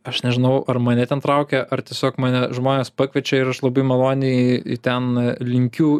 aš nežinau ar mane ten traukia ar tiesiog mane žmonės pakviečia ir aš labai maloniai į ten linkiu